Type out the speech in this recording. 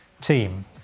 team